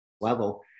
level